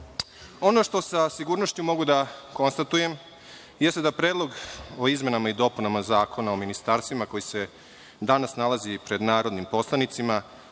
što sa sigurnošću mogu da konstatujem jeste da Predlog o izmenama i dopunama Zakona o ministarstvima koji se danas nalazi pred narodnim poslanicima